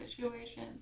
situation